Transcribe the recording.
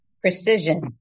Precision